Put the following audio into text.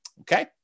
Okay